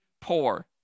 poor